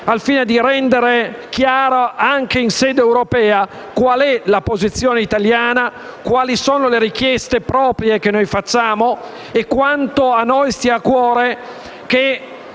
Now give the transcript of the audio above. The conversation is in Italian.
al fine di rendere chiaro anche in sede europea quale sia la posizione italiana, quali siano le richieste che noi avanziamo e quanto a noi stia a cuore che